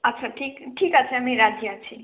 আচ্ছা ঠিক ঠিক আছে আমি রাজি আছি